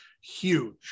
huge